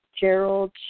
Gerald